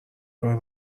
کار